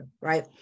right